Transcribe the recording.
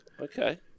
Okay